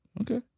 Okay